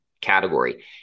category